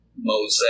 Mosaic